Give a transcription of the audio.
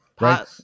right